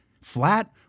flat